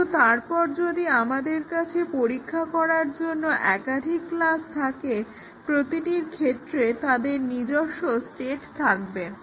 কিন্তু তারপর যদি আমাদের কাছে পরীক্ষা করার জন্য একাধিক ক্লাস থাকে প্রতিটির ক্ষেত্রে তাদের নিজস্ব স্টেট থাকে